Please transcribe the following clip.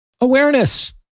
awareness